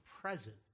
present